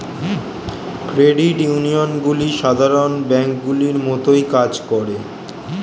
credit ইউনিয়নগুলি সাধারণ ব্যাঙ্কগুলির মতোই কাজ করে